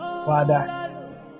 Father